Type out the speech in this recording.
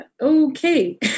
okay